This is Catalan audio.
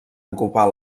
ocupar